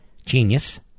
Genius